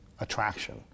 attraction